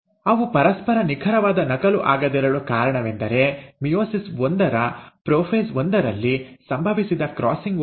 ಅವು ಪರಸ್ಪರ ನಿಖರವಾದ ನಕಲು ಆಗದಿರಲು ಕಾರಣವೆಂದರೆ ಮಿಯೋಸಿಸ್ ಒಂದರ ಪ್ರೊಫೇಸ್ ಒಂದರಲ್ಲಿ ಸಂಭವಿಸಿದ ಕ್ರಾಸಿಂಗ್ ಓವರ್